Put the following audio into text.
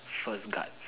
first guards